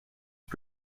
het